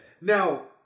Now